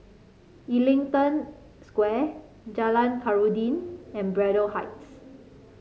Ellington Square Jalan Khairuddin and Braddell Heights